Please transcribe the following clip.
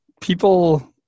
people